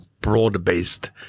broad-based